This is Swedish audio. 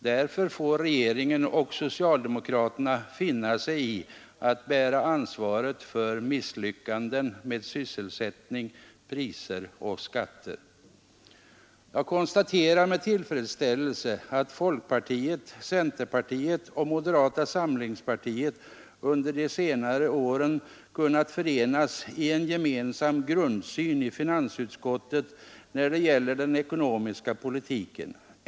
Därför får regeringen och socialdemokraterna finna sig i att bära ansvaret för misslyckanden med sysselsättning, priser och skatter. Jag konstaterar med tillfredsställelse att folkpartiet, centerpartiet och moderata samlingspartiet under de senaste åren kunnat förenas i en gemensam grundsyn i finansutskottet när det gäller den ekonomiska politiken.